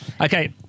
Okay